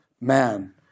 man